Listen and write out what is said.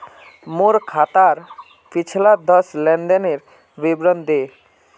मोर खातार पिछला दस लेनदेनेर विवरण दे